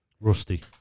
Rusty